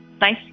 nice